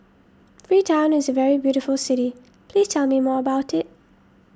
Freetown is a very beautiful city please tell me more about it